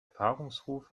paarungsruf